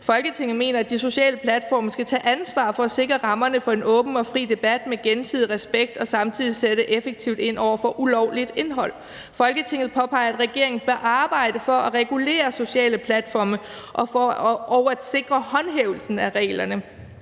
Folketinget mener, at de sociale platforme skal tage ansvar for at sikre rammerne for en åben og fri debat med gensidig respekt og samtidig sætte effektivt ind over for ulovligt indhold. Folketinget påpeger, at regeringen bør arbejde for at regulere sociale platforme og at sikre håndhævelsen af reglerne.